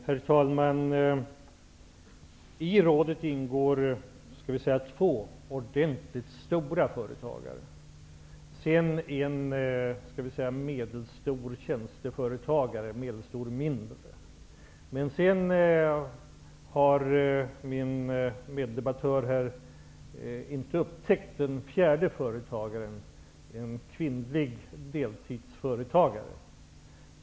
Herr talman! I rådet ingår två ordentligt stora företagare och en medelstor tjänsteföretagare. Min meddebattör har inte upptäckt den fjärde företagaren: en kvinnlig deltidsföretagare.